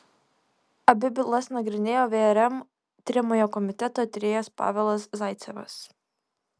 abi bylas nagrinėjo vrm tiriamojo komiteto tyrėjas pavelas zaicevas